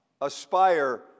aspire